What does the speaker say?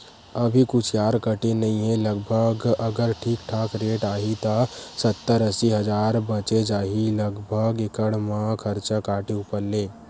अभी कुसियार कटे नइ हे लगभग अगर ठीक ठाक रेट आही त सत्तर अस्सी हजार बचें जाही लगभग एकड़ म खरचा काटे ऊपर ले